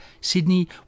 Sydney